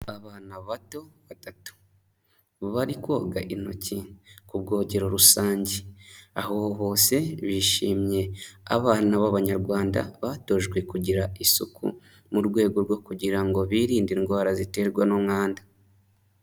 Abana bato batatu, bari koga intoki ku bwogero rusange. Aho hose bishimiye, abana b'abanyarwanda batojwe kugira isuku, mu rwego rwo kugira ngo birinde indwara ziterwa n'umwanda.